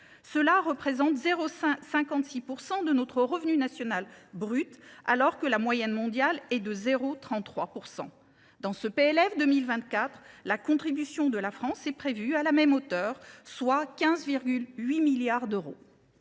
Cela représente 0,56 % de notre revenu national brut, alors que la moyenne mondiale est de 0,33 %. Dans ce PLF 2024, la contribution de la France, stable, s’établit à 15,8 milliards d’euros.